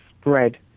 spread